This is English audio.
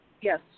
yes